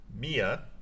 Mia